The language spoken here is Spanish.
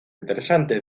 interesante